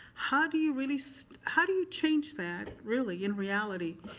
how do you really, so how do you change that really in reality?